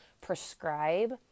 prescribe